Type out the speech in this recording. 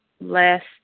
last